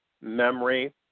memory